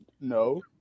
No